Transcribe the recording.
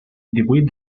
divuit